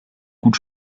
gut